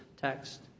text